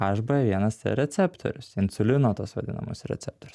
haš bė vienas cė receptorius insulino tas vadinamas receptorius